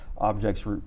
objects